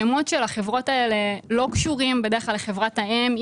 השמות של החברות האלה בדרך כלל לא קשורים לחברת האם.